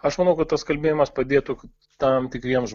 aš manau kad tas kalbėjimas padėtų tam tikriems